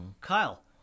Kyle